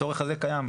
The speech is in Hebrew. הצורך הזה קיים,